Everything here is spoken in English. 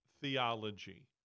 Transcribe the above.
theology